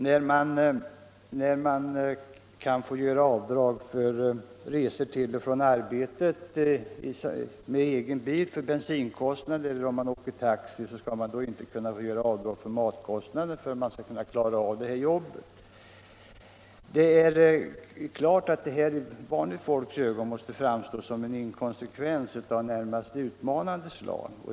När man kan få göra avdrag för resor till arbetet för bilkostnader, bensinkostnader eller taxi, varför skall då inte en blind få göra avdrag för matkostnader för en hund som han behöver för att klara av sitt jobb. I vanligt folks ögon måste detta framstå som en inkonsekvens av närmast utmanande slag.